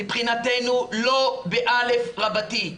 מבחינתנו לא בא' רבתי.